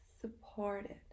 supported